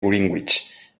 greenwich